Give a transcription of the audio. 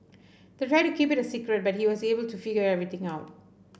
they tried to keep it a secret but he was able to figure everything out